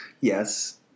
Yes